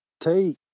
take